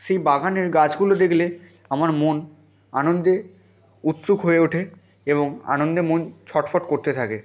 সেই বাগানের গাছগুলো দেখলে আমার মন আনন্দে উৎসুক হয়ে ওঠে এবং আনন্দে মন ছটফট করতে থাকে